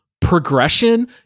progression